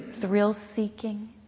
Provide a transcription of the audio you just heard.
thrill-seeking